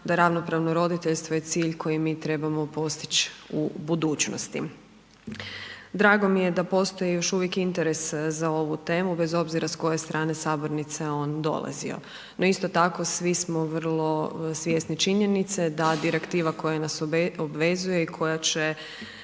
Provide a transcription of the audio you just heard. da ravnopravno roditeljstvo je cilj koji mi trebamo postići u budućnosti. Drago mi je da postoji još uvijek interes za ovu temu bez obzira s koje strane Sabornice on dolazio, no isto tako svi smo vrlo svjesni činjenice da Direktiva koja nas obvezuje i koja će